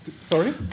Sorry